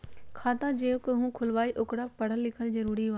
खाता जे केहु खुलवाई ओकरा परल लिखल जरूरी वा?